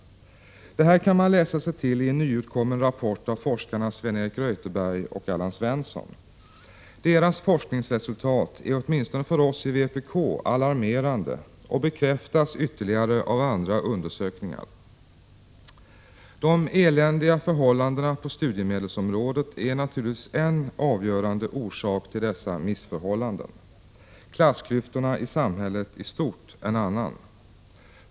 Det här kan man läsa sig till i en nyutkommen rapport av forskarna Sven-Eric Reuterberg och Allan Svensson. Deras forskningsresultat är åtminstone för oss i vpk alarmerande och bekräftas ytterligare av andra undersökningar. De eländiga förhållandena på studiemedelsområdet är naturligtvis en avgörande orsak till dessa missförhållanden, klassklyftorna i stort i samhället en annan.